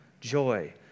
joy